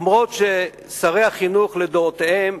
אף-על-פי ששרי החינוך לדורותיהם,